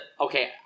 okay